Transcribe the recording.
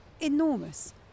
enormous